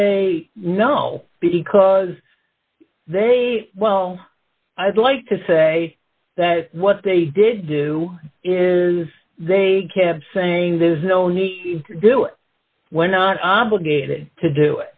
say no because they well i'd like to say that what they did do is they kept saying there's no need to do it when not obligated to do